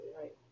right